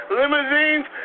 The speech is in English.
limousines